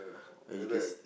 and you can see